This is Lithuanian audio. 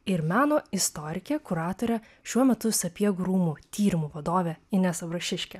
ir meno istorikę kuratorę šiuo metu sapiegų rūmų tyrimų vadovę inesą brašiškę